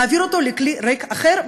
נעביר אותו לכלי ריק אחר,